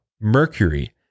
mercury